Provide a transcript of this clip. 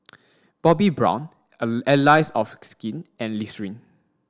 Bobbi Brown Allies of Skin and Listerine